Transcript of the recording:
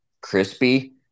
crispy